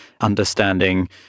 understanding